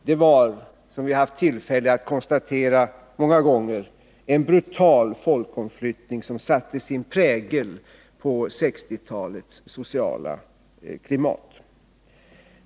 Det var, som vi har haft tillfälle att konstatera många gånger, en brutal folkomflyttning som satte sin prägel på 1960-talets sociala klimat.